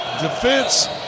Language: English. defense